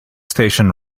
station